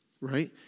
right